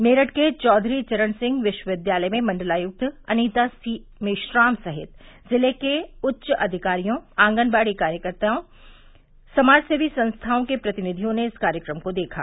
मेरठ के चौधरी चरण सिंह विश्वविद्यालय में मंडलायुक्त अनीता सी मेश्राम सहित जिले के उच्चाधिकारियों आंगनबाड़ी कार्यकत्री समाजसेवी संस्थाओं के प्रतिनिधियों ने इस कार्यक्रम को देखा